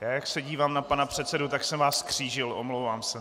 Jak se dívám na pana předsedu, tak jsem vás zkřížil, omlouvám se.